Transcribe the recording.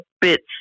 bits